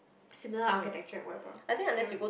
similar architecture and whatever ya